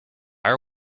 are